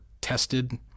tested